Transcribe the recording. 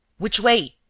which way?